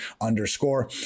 underscore